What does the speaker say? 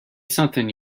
something